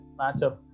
matchup